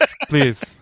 please